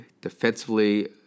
defensively